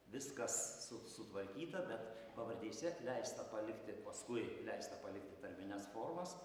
viskas su sutvarkyta bet pavardėse leista palikti paskui leista palikti tarmines formas